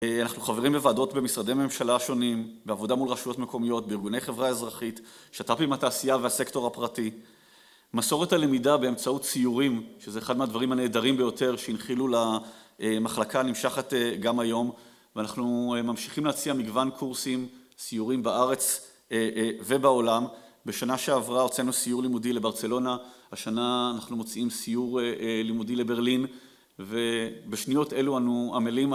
אנחנו חברים בוועדות במשרדי ממשלה שונים, בעבודה מול רשויות מקומיות, בארגוני חברה אזרחית, שת"פים עם התעשייה והסקטור הפרטי. מסורת הלמידה באמצעות סיורים, שזה אחד מהדברים הנהדרים ביותר, שהנחילו למחלקה הנמשכת גם היום, ואנחנו ממשיכים להציע מגוון קורסים, סיורים בארץ ובעולם. בשנה שעברה הוצאנו סיור לימודי לברצלונה, השנה אנחנו מוציאים סיור לימודי לברלין, ובשניות אלו אנו עמלים על...